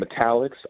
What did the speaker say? metallics